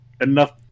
enough